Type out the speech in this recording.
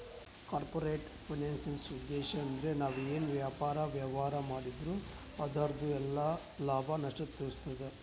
corporate ಫೈನಾನ್ಸ್ದುಉದ್ಧೇಶ್ ಅಂದ್ರ ನಾವ್ ಏನೇ ವ್ಯಾಪಾರ, ವ್ಯವಹಾರ್ ಮಾಡಿದ್ರು ಅದುರ್ದು ಎಲ್ಲಾ ಲಾಭ, ನಷ್ಟ ತಿಳಸ್ತಾದ